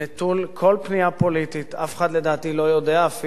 לדעתי אף אחד לא יודע אפילו מה עמדותיו הפוליטיות.